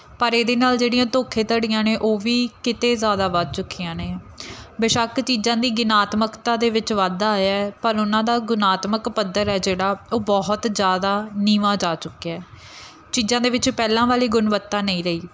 ਪਰ ਇਹਦੇ ਨਾਲ ਜਿਹੜੀਆਂ ਧੋਖੇ ਧੜੀਆਂ ਨੇ ਉਹ ਵੀ ਕਿਤੇ ਜ਼ਿਆਦਾ ਵੱਧ ਚੁੱਕੀਆਂ ਨੇ ਬੇਸ਼ੱਕ ਚੀਜ਼ਾਂ ਦੀ ਗਿਣਾਤਮਕਤਾ ਦੇ ਵਿੱਚ ਵਾਧਾ ਆਇਆ ਪਰ ਉਹਨਾਂ ਦਾ ਗੁਣਾਤਮਕ ਪੱਧਰ ਹੈ ਜਿਹੜਾ ਉਹ ਬਹੁਤ ਜ਼ਿਆਦਾ ਨੀਵਾਂ ਜਾ ਚੁੱਕਿਆ ਚੀਜ਼ਾਂ ਦੇ ਵਿੱਚ ਪਹਿਲਾਂ ਵਾਲੀ ਗੁਣਵੱਤਾ ਨਹੀਂ ਰਹੀ